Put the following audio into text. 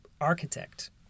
architect